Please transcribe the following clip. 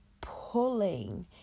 pulling